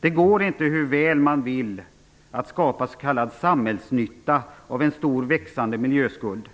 Det går inte, hur väl man än vill, att skapa s.k. samhällsnytta av en stor, växande miljöskuld.